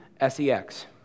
S-E-X